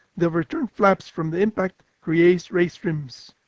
the overturned flaps from the impact create raised rims.